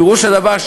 פירוש הדבר,